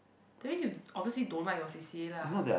that means you obviously don't like your C_C_A lah